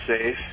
safe